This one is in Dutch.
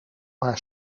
haar